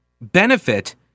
benefit